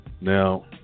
Now